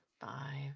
five